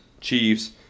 Chiefs